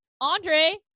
Andre